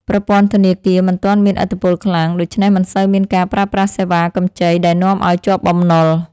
ប្រព័ន្ធធនាគារមិនទាន់មានឥទ្ធិពលខ្លាំង ដូច្នេះមិនសូវមានការប្រើប្រាស់សេវាកម្ចីដែលនាំឱ្យជាប់បំណុល។